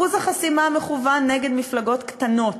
אחוז החסימה מכוון נגד מפלגות קטנות,